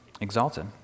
exalted